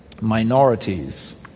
minorities